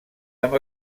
amb